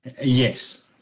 yes